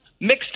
Mixed